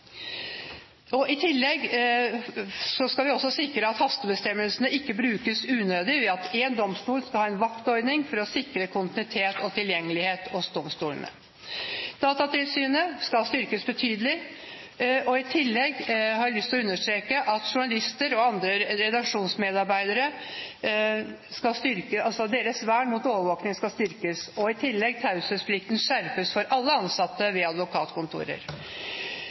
behandlingen. I tillegg skal vi også sikre at hastebestemmelsen ikke brukes unødig ved at én domstol skal ha en vaktordning for å sikre kontinuitet og tilgjengelighet hos domstolene. Datatilsynet skal styrkes betydelig. Jeg har lyst til å understreke at journalisters og andre redaksjonsmedarbeideres vern mot overvåkning skal styrkes. I tillegg skjerpes taushetsplikten for alle ansatte ved advokatkontorer.